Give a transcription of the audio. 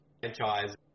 franchise